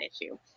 issue